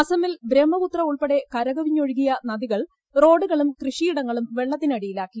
അസമിൽ ബ്രഹ്മപുത്ര ഉൾപ്പെടെ കരകവിഞ്ഞൊഴുകിയ നദികൾ റോഡുകളും കൃഷിയിടങ്ങളും വെള്ളത്തിനടിയിലാക്കി